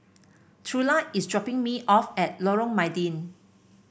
Trula is dropping me off at Lorong Mydin